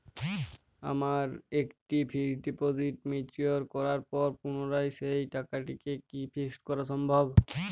আমার একটি fixed deposit mature করার পর পুনরায় সেই টাকাটিকে কি ফিক্সড করা সম্ভব?